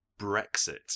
Brexit